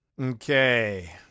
Okay